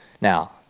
Now